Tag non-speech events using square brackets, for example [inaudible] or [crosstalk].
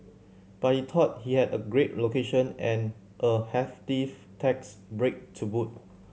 but he thought he had a great location and a hefty [unintelligible] tax break to boot